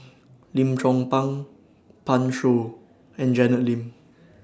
Lim Chong Pang Pan Shou and Janet Lim